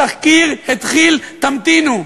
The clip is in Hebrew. התחקיר התחיל, תמתינו.